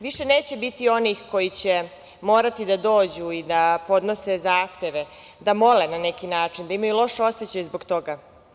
Više neće biti onih koji će morati da dođu i da podnose zahteve, da mole, na neki način, da imaju loš osećaj zbog toga.